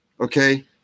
Okay